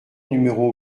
numéro